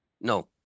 no